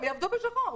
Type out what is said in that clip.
הם יעבדו בשחור.